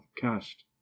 cast